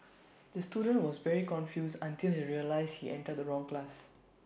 the student was very confused until he realised he entered the wrong class